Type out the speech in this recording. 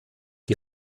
die